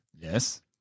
Yes